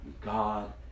God